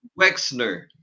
Wexner